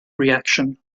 reaction